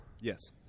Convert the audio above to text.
yes